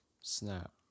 Snap